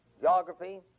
geography